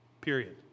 period